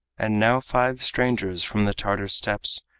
and now five strangers from the tartar steppes,